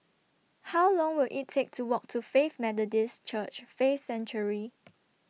How Long Will IT Take to Walk to Faith Methodist Church Faith Sanctuary